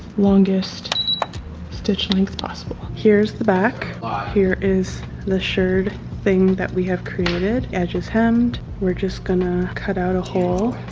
longest stitch lengths possible. here's the back here is the shirred thing that we have created edges hemmed we're just gonna cut out a hole